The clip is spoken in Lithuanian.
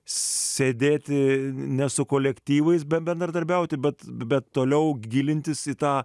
sėdėti ne su kolektyvais bendradarbiauti bet bet toliau gilintis į tą